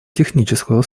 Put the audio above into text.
технического